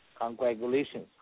Congratulations